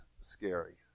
scary